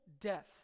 death